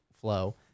flow